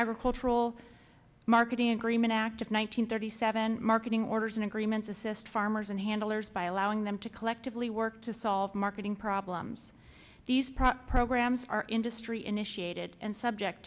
agricultural marketing agreement act of one nine hundred thirty seven marketing orders and agreements assist farmers and handlers by allowing them to collectively work to solve marketing problems these programs are industry initiated and subject